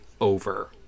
over